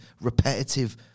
repetitive